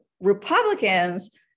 Republicans